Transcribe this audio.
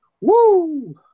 Woo